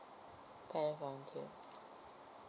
volunteer